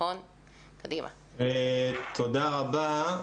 תודה רבה.